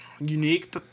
unique